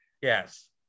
Yes